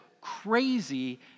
crazy